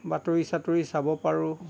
বাতৰি চাতৰি চাব পাৰোঁ